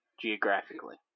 Geographically